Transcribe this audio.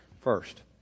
First